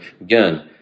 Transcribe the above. again